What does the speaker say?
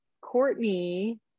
Courtney